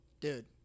dude